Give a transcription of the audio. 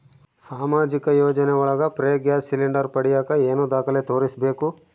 ಸಾಮಾಜಿಕ ಯೋಜನೆ ಒಳಗ ಫ್ರೇ ಗ್ಯಾಸ್ ಸಿಲಿಂಡರ್ ಪಡಿಯಾಕ ಏನು ದಾಖಲೆ ತೋರಿಸ್ಬೇಕು?